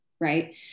Right